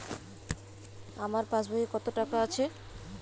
আমার পাসবই এ কত টাকা আছে?